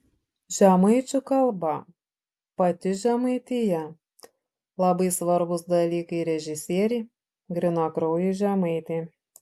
žemaičių kalba pati žemaitija labai svarbūs dalykai režisierei grynakraujei žemaitei